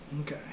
Okay